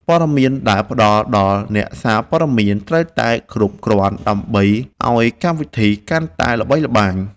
ព័ត៌មានដែលផ្ដល់ដល់អ្នកសារព័ត៌មានត្រូវតែគ្រប់គ្រាន់ដើម្បីឱ្យកម្មវិធីកាន់តែល្បីល្បាញ។